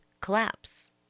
collapse